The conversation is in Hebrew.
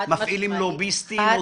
מפעילים לוביסטים?